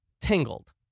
Tangled